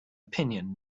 opinion